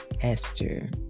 Esther